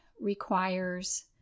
requires